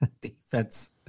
defense